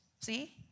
See